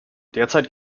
derzeit